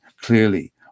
clearly